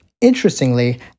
interestingly